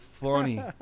funny